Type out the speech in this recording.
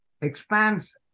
expands